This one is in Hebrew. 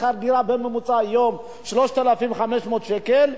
שכר דירה ממוצע היום הוא 3,500 שקלים,